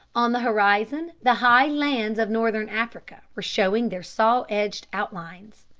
on the horizon the high lands of northern africa were showing their saw-edge outlines.